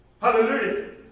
Hallelujah